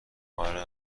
اره